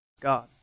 God